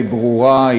היא ברורה,